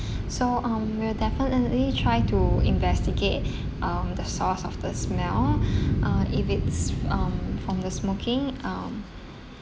so um we'll definitely try to investigate um the source of the smell uh if it's um from the smoking um